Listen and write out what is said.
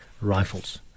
rifles